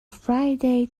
friday